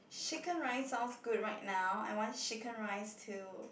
chicken rice sounds quite good right now I want chicken rice too